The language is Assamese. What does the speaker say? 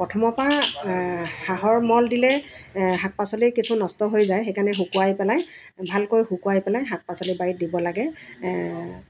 প্ৰথমৰ পৰা হাঁহৰ মল দিলে শাক পাচলি কিছু নষ্ট হৈ যায় সেইকাৰণে শুকুৱাই পেলাই ভালকৈ শুকুৱাই পেলাই শাক পাচলি বাৰীত দিব লাগে